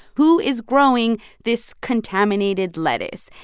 who is growing this contaminated lettuce?